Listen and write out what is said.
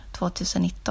2019